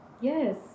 Yes